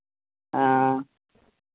हँ